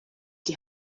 die